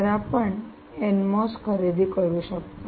तर आपण एनएमओएस खरेदी करू शकता